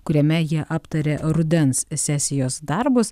kuriame jie aptarė rudens sesijos darbus